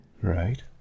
Right